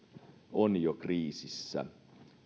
on jo kriisissä